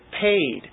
paid